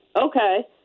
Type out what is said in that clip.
Okay